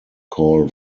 call